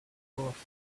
powerful